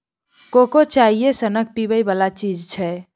cocoa चाइए सनक पीबै बला चीज छै